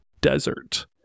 desert